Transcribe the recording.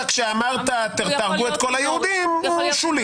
כשאמרת "תהרגו את כל היהודים" הוא שולי.